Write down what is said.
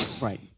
right